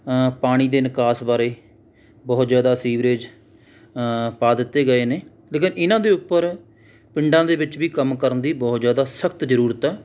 ਪਾਣੀ ਦੇ ਨਿਕਾਸ ਬਾਰੇ ਬਹੁਤ ਜ਼ਿਆਦਾ ਸੀਵਰੇਜ ਪਾ ਦਿੱਤੇ ਗਏ ਨੇ ਲੇਕਿਨ ਇਹਨਾਂ ਦੇ ਉੱਪਰ ਪਿੰਡਾਂ ਦੇ ਵਿੱਚ ਵੀ ਕੰਮ ਕਰਨ ਦੀ ਬਹੁਤ ਜ਼ਿਆਦਾ ਸਖਤ ਜ਼ਰੂਰਤ ਆ